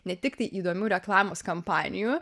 ne tik tai įdomių reklamos kampanijų